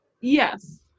Yes